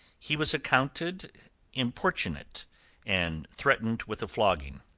he was accounted importunate and threatened with a flogging.